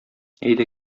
әйдә